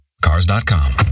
Cars.com